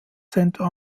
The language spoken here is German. center